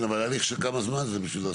הליך של כמה זמן זה?